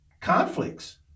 conflicts